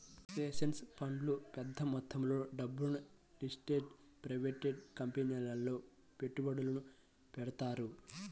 pension ఫండ్లు పెద్ద మొత్తంలో డబ్బును లిస్టెడ్ ప్రైవేట్ కంపెనీలలో పెట్టుబడులు పెడతారు